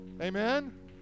Amen